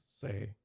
say